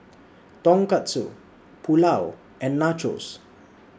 Tonkatsu Pulao and Nachos